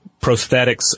prosthetics